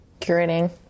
curating